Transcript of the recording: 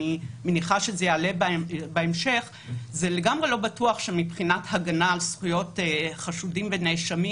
לגמרי לא בטוח שמבחינת הגנה על זכויות חשודים ונאשמים